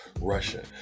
Russia